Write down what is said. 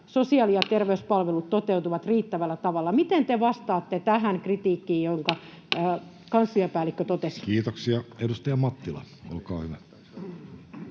koputtaa] ja terveyspalvelut toteutuvat riittävällä tavalla. Miten te vastaatte tähän kritiikkiin, jonka kansliapäällikkö totesi? Kiitoksia. — Edustaja Mattila, olkaa hyvä.